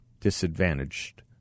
disadvantaged